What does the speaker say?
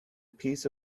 piece